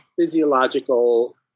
physiological